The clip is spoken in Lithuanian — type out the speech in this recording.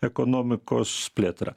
ekonomikos plėtra